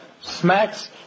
smacks